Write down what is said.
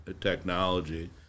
technology